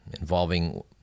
involving